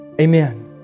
amen